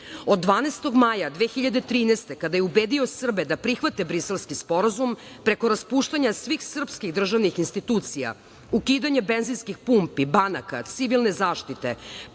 12. maja 2013. godine, kada je ubedio Srbe da prihvate Briselski sporazum, preko raspuštanja svih srpskih državnih institucija, ukidanje benzinskih pumpi, banaka, civilne zaštite,